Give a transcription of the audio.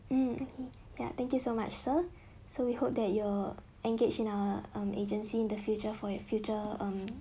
hmm ya thank you so much sir so we hope that you'll engage in our um agency in the future for your future um